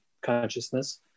consciousness